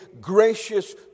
gracious